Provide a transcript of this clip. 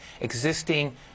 existing